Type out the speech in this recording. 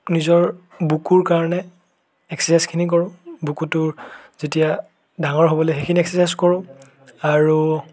নিজৰ বুকুৰ কাৰণে এক্সাৰচাইজখিনি কৰোঁ বুকুটোৰ যেতিয়া ডাঙৰ হ'বলৈ সেইখিনি এক্সাৰচাইজ কৰোঁ আৰু